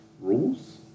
Rules